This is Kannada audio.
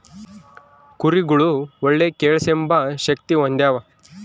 ಕುರಿಗುಳು ಒಳ್ಳೆ ಕೇಳ್ಸೆಂಬ ಶಕ್ತಿ ಹೊಂದ್ಯಾವ